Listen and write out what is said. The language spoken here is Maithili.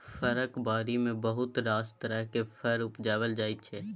फरक बारी मे बहुत रास तरहक फर उपजाएल जाइ छै